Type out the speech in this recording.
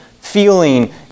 feeling